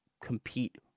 compete